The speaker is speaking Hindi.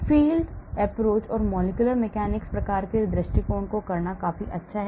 Field approach or molecular mechanics प्रकार के दृष्टिकोण को करना काफी अच्छा है